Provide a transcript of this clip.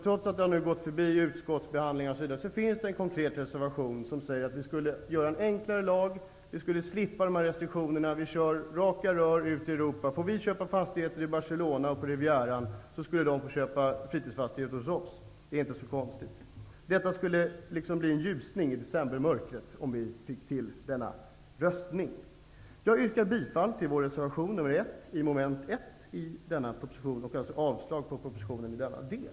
Ärendet har passerat utskottet, och det finns en konkret reservation som säger att vi borde göra en enklare lag och slippa restriktionerna. Låt oss köra raka rör ut i Europa! Får vi köpa fastigheter i Barcelona och på Rivieran, så skall medborgare i andra länder få köpa fritidsfastigheter hos oss. Det är inte så konstigt. Det skulle bli en ljusning i decembermörkret, om en majoritet röstade för reservationen. Jag yrkar bifall till vår reservation 1 vid mom. 1 och alltså avslag på propositionen i denna del.